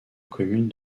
commune